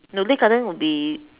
no Lei garden would be